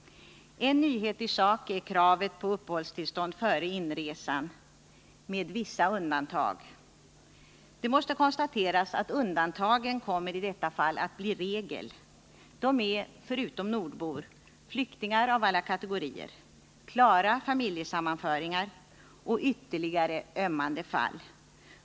En nyhet i sak är kravet på uppehållstillstånd före inresan, med vissa undantag. Det måste konstateras att undantagen i detta fall kommer att bli regel. De är förutom nordbor flyktingar av alla kategorier, klara familjesammanföringar och ytterligare ömmande fall.